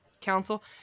Council